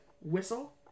whistle